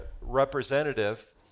representative